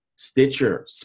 Stitcher